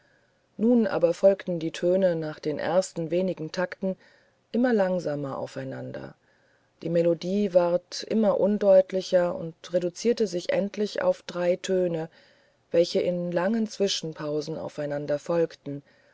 nun aber folgten die töne nach den ersten wenigen takten immer langsamer aufeinander die melodie ward immer undeutlicher und reduzierte sich endlich bis auf drei töne welche in langen zwischenpausen aufeinander folgten